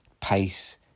pace